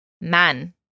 man